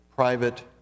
Private